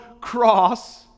cross